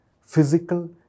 physical